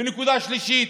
ונקודה שלישית: